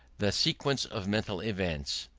the sequence of mental events,